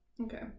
Okay